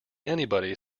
anybody